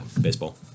baseball